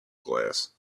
glass